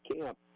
camp